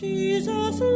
Jesus